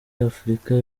afurika